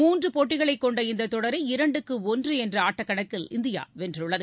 மூன்று போட்டிகளைக் கொண்ட இந்த தொடரை இரண்டு ஒன்று என்ற ஆட்டக்கணக்கில் இந்தியா வென்றுள்ளது